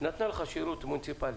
נתנה לך שירות מוניציפאלי.